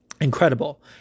Incredible